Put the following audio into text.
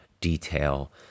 detail